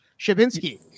Shabinsky